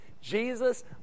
Jesus